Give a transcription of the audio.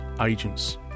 agents